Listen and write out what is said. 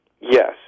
Yes